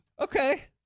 okay